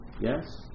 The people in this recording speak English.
Yes